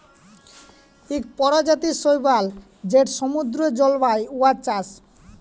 ইক পরজাতির শৈবাল যেট সমুদ্দুরে জল্মায়, উয়ার চাষ